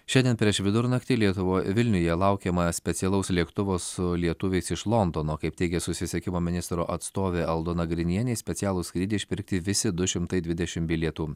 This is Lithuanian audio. šiandien prieš vidurnaktį lietuvoj vilniuje laukiama specialaus lėktuvo su lietuviais iš londono kaip teigia susisiekimo ministro atstovė aldona grinienė specialų skrydį išpirkti visi du šimtai dvidešimt bilietų